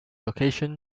location